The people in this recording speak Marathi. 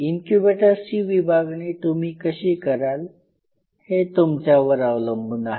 इन्क्युबेटर्सची विभागणी तुम्ही कशी कराल हे तुमच्यावर अवलंबून आहे